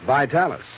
Vitalis